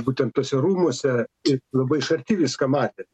būtent tuose rūmuose ir labai iš arti viską matėte